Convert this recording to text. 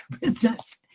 business